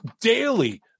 daily